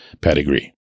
pedigree